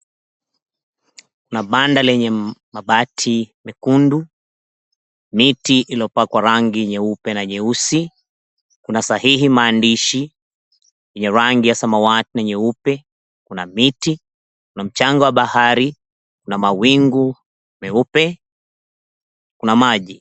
Kuna banda lenye mabati mekundu, miti iliyopakwa rangi nyeupe na nyeusi, kuna sahihi maadishi ya rangi ya samawati na nyeupe, kuna miti, kuna mchanga wa bahari na mawingu meupe, kuna maji.